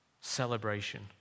Celebration